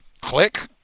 click